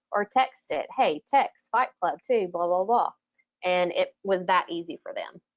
or text it, hey, text fight club to blah, blah, blah and it was that easy for them.